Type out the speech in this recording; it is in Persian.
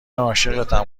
عاشقتم